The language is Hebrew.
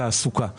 כאדם פוליטי